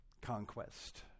conquest